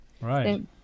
Right